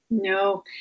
No